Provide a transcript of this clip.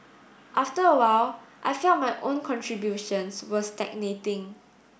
after a while I felt my own contributions were stagnating